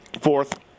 fourth